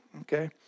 Okay